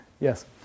Yes